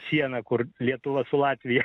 sieną kur lietuva su latvija